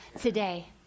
today